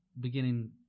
beginning